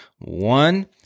One